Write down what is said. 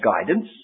guidance